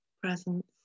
presence